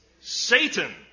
Satan